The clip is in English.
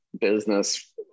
business